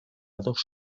dos